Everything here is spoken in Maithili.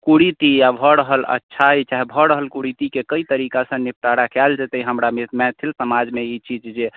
कुरीति या भऽ रहल अच्छाइ चाहे भऽ रहल कुरीतिके कएक तरीकासँ निपटारा कैल जेतै हमरा मैथिल समाजमे ई चीज जे